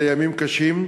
אלה ימים קשים,